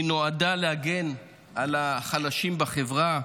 היא נועדה להגן על החלשים בחברה,